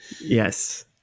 Yes